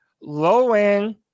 Low-end